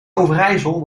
overijssel